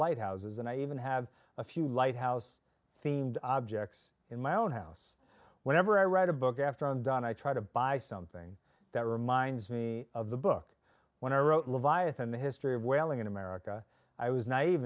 lighthouses and i even have a few lighthouse themed objects in my own house whenever i write a book after i'm done i try to buy something that reminds me of the book when i wrote leviathan the history of whaling in america i was naive